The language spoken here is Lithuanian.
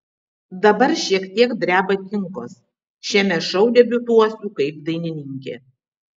dabar šiek tiek dreba kinkos šiame šou debiutuosiu kaip dainininkė